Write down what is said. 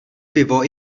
pivo